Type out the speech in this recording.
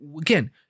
again